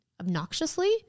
Obnoxiously